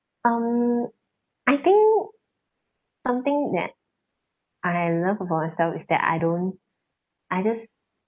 um I think something that I love about myself is that I don't I just